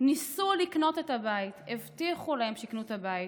ניסו לקנות את הבית, הבטיחו להם שיקנו את הבית,